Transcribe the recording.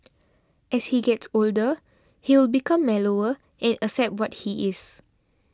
as he gets older he will become mellower and accept what he is